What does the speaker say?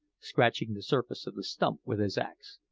scratching the surface of the stump with his axe.